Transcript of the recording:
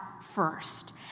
first